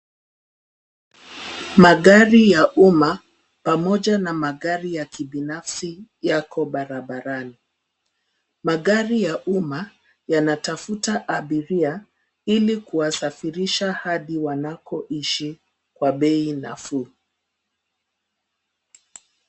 Magari ya uma pamoja na magari ya kibinafsi yako barabarani. Magari ya uma yanatafuta abiria ilikuwasafirisha hadi wanako ishii kwa bei nafuu.